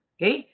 Okay